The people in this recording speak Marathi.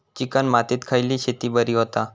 चिकण मातीत खयली शेती बरी होता?